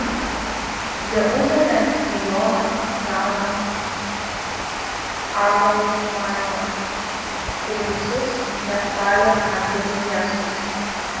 jie užėmė ijoną daną abel maimą ir visus neftalio sandėlių miestus